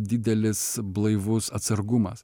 didelis blaivus atsargumas